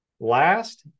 Last